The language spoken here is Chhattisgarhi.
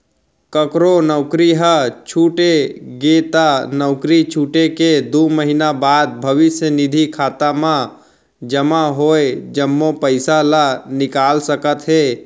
ककरो नउकरी ह छूट गे त नउकरी छूटे के दू महिना बाद भविस्य निधि खाता म जमा होय जम्मो पइसा ल निकाल सकत हे